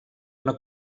una